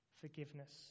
forgiveness